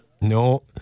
no